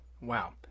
Wow